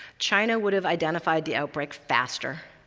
china would have identified the outbreak faster.